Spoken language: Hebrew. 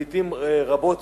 לעתים רבות